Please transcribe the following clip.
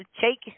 take